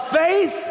faith